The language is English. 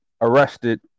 arrested